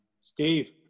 Steve